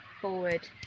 forward